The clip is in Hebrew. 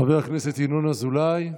חבר הכנסת ינון אזולאי,